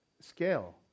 scale